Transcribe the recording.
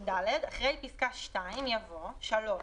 אחרי פסקה (2) יבוא: "(3)